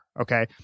Okay